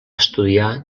estudiar